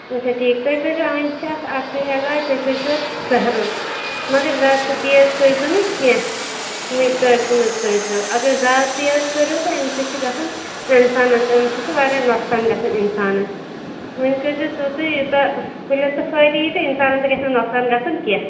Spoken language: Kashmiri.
اَچھا ٹھیٖک تُہۍ کٔرۍزیٚو وُنہِ چھِ اَتھ اَکُے علاج تُہۍ کٔرۍزیٚو اَتھ سہرُن مگر زیادٕ تہٕ تیز کٔرۍزیٚو نہٕ کیٚنٛہہ مٮ۪قدارسٕے منٛز کٔرۍزیٚو اَگر زیادٕ تیز کٔرِو تہٕ اَمہِ سۭتۍ چھِ گژھان اِنسانَن تہِ مُشکِل سُہ چھُ واریاہ نۄقصان گژھان اِنسانَس وۅنۍ کٔرۍزیٚو تیٛوٗتُے یوٗتاہ کُلٮ۪ن تہٕ فٲیدٕ اِیہِ تہٕ اِنسانَن تہِ گژھِ نہٕ نۄقصان گژھُن کیٚنٛہہ